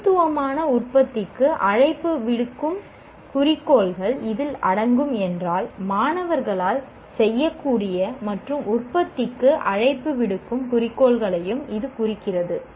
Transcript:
தனித்துவமான உற்பத்திக்கு அழைப்பு விடுக்கும் குறிக்கோள்கள் இதில் அடங்கும் என்றாலும் மாணவர்களால் செய்யக்கூடிய மற்றும் உற்பத்திக்கு அழைப்பு விடுக்கும் குறிக்கோள்களையும் இது குறிக்கிறது